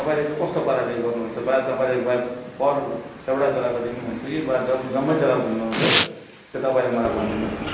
तपाईँले चाहिँ कस्तो पाराले गर्नुहुन्छ वा तपाईँले वा पर एउटा जग्गाको दिनुहुन्छ कि वा डब जम्मै जग्गा घुम्नुहुन्छ त्यो तपाईँले मलाई भनिदिनुहोस् न